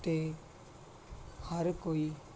ਅਤੇ ਹਰ ਕੋਈ